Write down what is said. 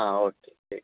ആ ഓക്കെ ശരി